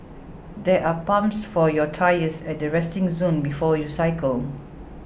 there are pumps for your tyres at the resting zone before you cycle